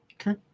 Okay